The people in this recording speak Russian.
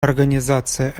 организация